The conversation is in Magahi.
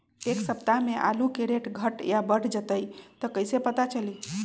एक सप्ताह मे आलू के रेट घट ये बढ़ जतई त कईसे पता चली?